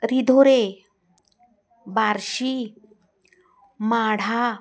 Ridhore Barshi Madha